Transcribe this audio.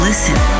Listen